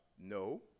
no